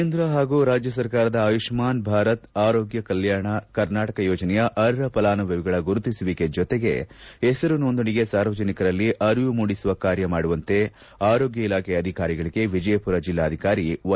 ಕೇಂದ್ರ ಹಾಗೂ ರಾಜ್ಯ ಸರ್ಕಾರದ ಆಯುಷ್ಮಾನ್ ಭಾರತ್ ಆರೋಗ್ಯ ಕರ್ನಾಟಕ ಯೋಜನೆಯ ಅರ್ಹ ಫಲಾನುಭವಿಗಳ ಗುರುತಿಸುವಿಕೆ ಜೊತೆಗೆ ಹೆಸರು ನೋಂದಣಿಗೆ ಸಾರ್ವಜನಿಕರಲ್ಲಿ ಅರಿವು ಮೂಡಿಸುವ ಕಾರ್ಯ ಮಾಡುವಂತೆ ಆರೋಗ್ಯ ಇಲಾಖೆ ಅಧಿಕಾರಿಗಳಿಗೆ ವಿಜಯಪುರ ಜಿಲ್ಲಾಧಿಕಾರಿ ವೈ